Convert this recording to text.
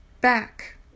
Back